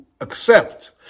accept